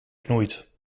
knoeit